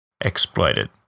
exploited